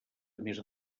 més